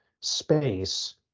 space